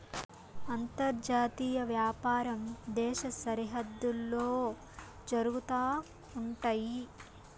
అంతర్జాతీయ వ్యాపారం దేశ సరిహద్దుల్లో జరుగుతా ఉంటయి